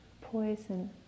poison